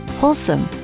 wholesome